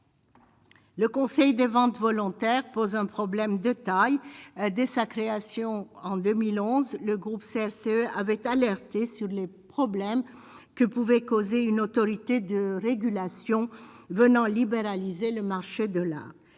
Le Conseil des ventes volontaires posent un problème de taille dès sa création en 2011, le groupe CRCE avait alerté sur les problèmes que pouvaient causer une autorité de régulation venant libéraliser le marché de la